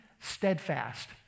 steadfast